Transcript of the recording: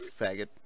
faggot